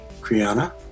Kriana